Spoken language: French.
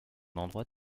endroit